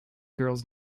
girls